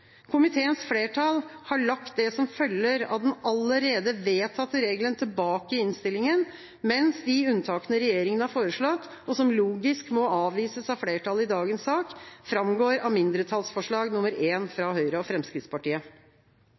Komiteens flertall har lagt det som følger av den allerede vedtatte regelen tilbake i innstillinga, mens de unntakene regjeringa har foreslått, og som logisk må avvises av flertallet i dagens sak, framgår av mindretallsforslag nr. 1 fra Høyre og Fremskrittspartiet.